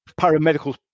paramedical